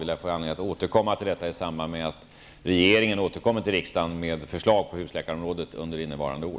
Vi lär få anledning att återkomma till detta i samband med att regeringen framlägger förslag för riksdagen på husläkarområdet under innevarande år.